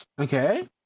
okay